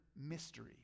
mystery